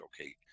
okay